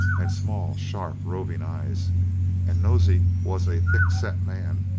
had small, sharp, roving eyes and nosey was a thick-set man,